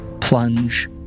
plunge